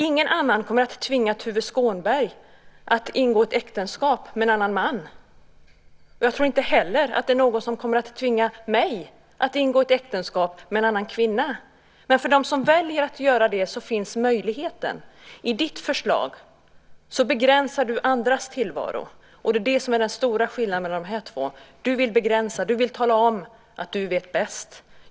Ingen annan kommer att tvinga Tuve Skånberg att ingå äktenskap med en annan man. Inte heller är det väl någon som kommer att tvinga mig att ingå äktenskap med en annan kvinna. Men för dem som gör det valet finns den möjligheten. I ditt förslag begränsar du andras tillvaro. Det är detta som är den stora skillnaden. Du vill begränsa. Du vill tala om att du vet bäst.